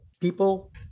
people